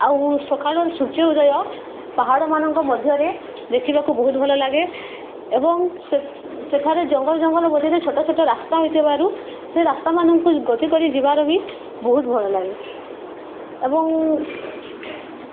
ଆଉ ସକାଳ ସୂର୍ଯ୍ୟ ଉଦୟ ପାହାଡ଼ମାନଙ୍କ ମଧ୍ୟରେ ଦେଖିବାକୁ ବହୁତ ଭଲଲାଗେ ଏବଂ ସେ ସେଠାରେ ଜଙ୍ଗଲ ଜଙ୍ଗଲ ମଧ୍ୟରେ ଛୋଟ ଛୋଟ ରାସ୍ତା ହୋଇଥିବାରୁ ସେ ରାସ୍ତାମାନଙ୍କୁ ଗତି କରି ଯିବାର ବି ବହୁତ ଭଲ ଲାଗେ ଏବଂ